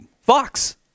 Fox